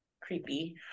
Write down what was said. creepy